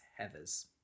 Heathers